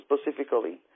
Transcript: specifically